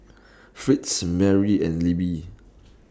Fritz Merry and Libby